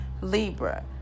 Libra